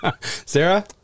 Sarah